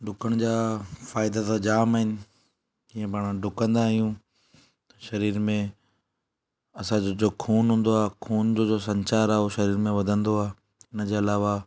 ॾुकण जा फ़ाइदा त जाम आहिनि ईअं पाण ॾुकंदा आहियूं शरीर में असांजो जो खून हूंदो आहे खून जो जो संचार आहे उहो शरीर में वधंदो आहे हुनजे अलावा